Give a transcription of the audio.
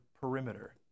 perimeter